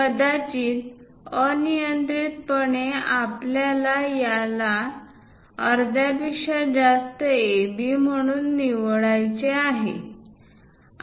कदाचित अनियंत्रितपणे आपण याला अर्ध्यापेक्षा जास्त AB म्हणून निवडणार आहोत